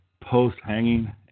post-hanging